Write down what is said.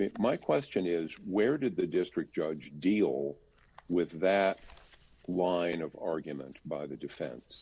my question is where did the district judge deal with that line of argument by the defen